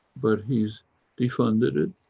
but he's defunded it.